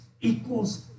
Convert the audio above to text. equals